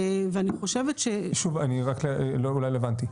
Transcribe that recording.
ואני חושבת --- שוב, אני רק, אולי לא הבנתי.